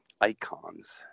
icons